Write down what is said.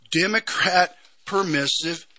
Democrat-permissive